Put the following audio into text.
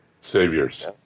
Saviors